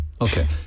Okay